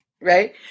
Right